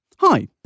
hi